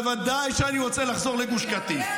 בוודאי שאני רוצה לחזור לגוש קטיף,